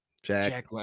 jack